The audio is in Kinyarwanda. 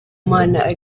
imana